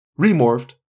remorphed